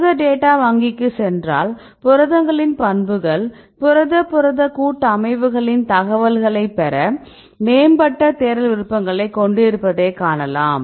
புரத டேட்டா வங்கிக்குச் சென்றால் புரதங்களின் பண்புகள் புரத புரத கூட்டமைவுகளின் தகவல்கள் பெற மேம்பட்ட தேடல் விருப்பங்களை கொண்டிருப்பதை காணலாம்